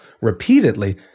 repeatedly